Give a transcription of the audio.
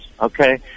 okay